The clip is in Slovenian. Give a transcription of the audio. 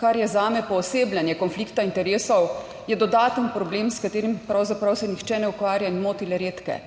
kar je zame poosebljanje konflikta interesov, je dodaten problem, s katerim pravzaprav se nihče ne ukvarja in moti le redke.